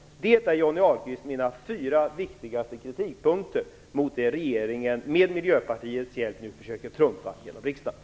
Detta, Johnny Alhqvist, är mina fyra viktigaste kritikpunkter mot det som regeringen med Miljöpartiets hjälp nu försöker trumfa igenom i riksdagen.